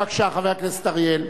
בבקשה, חבר הכנסת אריאל.